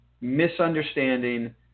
misunderstanding